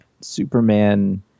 Superman